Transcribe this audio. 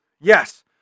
Yes